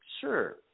Sure